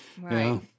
Right